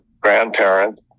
grandparent